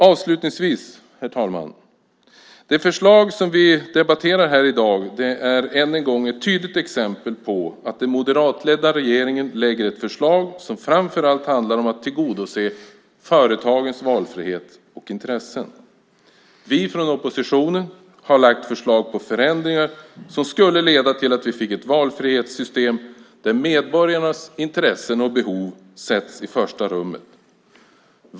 Avslutningsvis, herr talman, vill jag säga att det förslag som vi debatterar här i dag än en gång är ett tydligt exempel där den moderatledda regeringen lägger fram ett förslag som framför allt handlar om att tillgodose företagens valfrihet och intressen. Vi från oppositionen har lagt fram förslag på förändringar som skulle leda till att vi fick ett valfrihetssystem där medborgarnas intressen och behov sätts i första rummet.